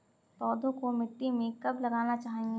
पौधों को मिट्टी में कब लगाना चाहिए?